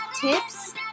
tips